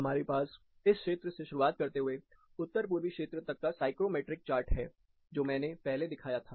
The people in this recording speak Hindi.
हमारे पास इस क्षेत्र से शुरुआत करते हुए उत्तर पूर्वी क्षेत्र तक का साइक्रोमेट्रिक चार्ट है जो मैंने पहले दिखाया था